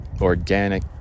organic